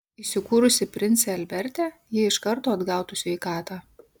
įsikūrusi prince alberte ji iš karto atgautų sveikatą